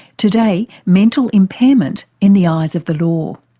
today, mental impairment in the eyes of the law.